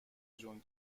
جون